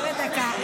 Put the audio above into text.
אורית,